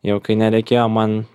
jau kai nereikėjo man